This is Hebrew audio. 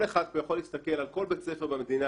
כל אחד פה יכול להסתכל על כל בית ספר במדינה